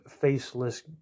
faceless